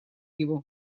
его